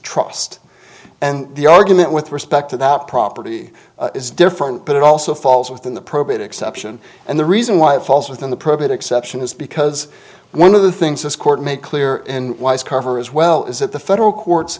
trust and the argument with respect to that property is different but it also falls within the probate exception and the reason why it falls within the probate exception is because one of the things this court made clear and wise cover as well is that the federal courts